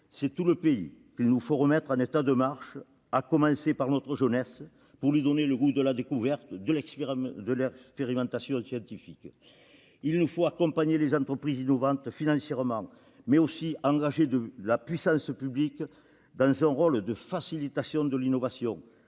c'est tout le pays qu'il nous faut remettre en état de marche, à commencer par notre jeunesse, pour lui donner le goût de la découverte et de l'expérimentation scientifique. Il nous faut accompagner les entreprises innovantes financièrement, mais aussi engager la puissance publique dans un rôle de facilitation de l'innovation.